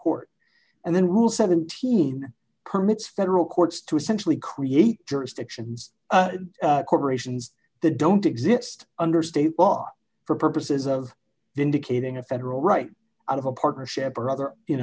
court and then will seventeen permits federal courts to essentially create jurisdictions corporations that don't exist under state law for purposes of indicating a federal right out of a partnership or other you